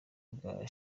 bwa